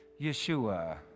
Yeshua